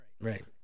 Right